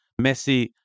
Messi